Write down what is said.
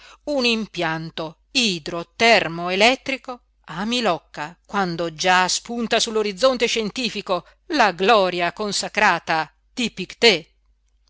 un impianto idro-termo-elettrico a milocca quando già spunta su l'orizzonte scientifico la gloria consacrata di